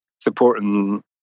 supporting